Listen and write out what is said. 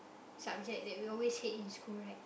subject that we always hate in school right